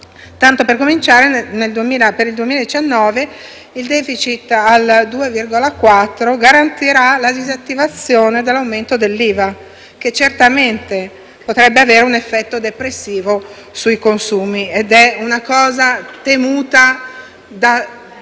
Tanto per cominciare, per il 2019 il *deficit* al 2,4 per cento garantirà la disattivazione dell'aumento dell'IVA, che certamente potrebbe avere un effetto depressivo sui consumi, come temuto da tutti